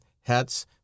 hats